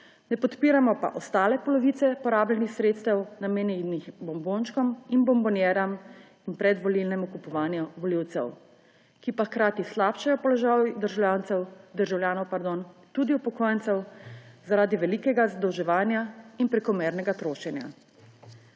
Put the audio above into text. Ne podpiramo pa ostale polovice porabljenih sredstev, namenjenih bombončkom in bombonjeram in predvolilnemu kupovanju volivcev, ki pa hkrati slabšajo položaj državljanov, tudi upokojencev zaradi velikega zadolževanja in prekomernega trošenja.